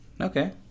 okay